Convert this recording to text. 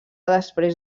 després